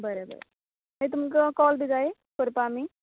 बरें बरें मागीर तुमका काॅल बी जाय करपा आमी